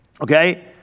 Okay